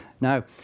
Now